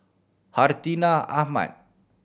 Hartinah Ahmad